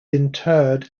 interred